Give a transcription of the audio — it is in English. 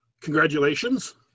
Congratulations